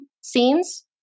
scenes